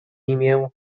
imię